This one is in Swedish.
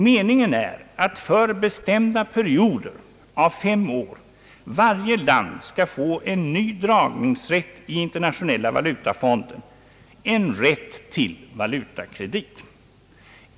Meningen är att för bestämda perioder av fem år varje land skall få en ny dragningsrätt i Internationella valutafonden, en rätt till valutakredit.